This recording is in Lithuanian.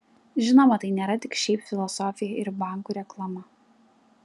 žinoma tai nėra tik šiaip filosofija ir bankų reklama